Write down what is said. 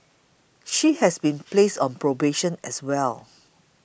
she has been placed on probation as well